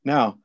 Now